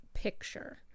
Picture